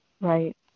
Right